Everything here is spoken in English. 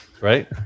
right